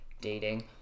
dating